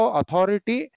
authority